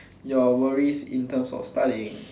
your worries in terms of studying